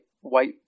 white